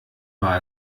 war